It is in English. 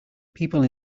people